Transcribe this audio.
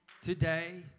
today